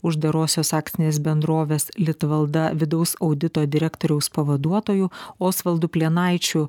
uždarosios akcinės bendrovės litvalda vidaus audito direktoriaus pavaduotoju osvaldu plienaičiu